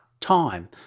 time